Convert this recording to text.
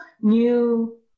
new